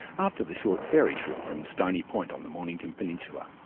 after the short ferry trip from stony point on the mornington peninsula.